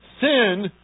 Sin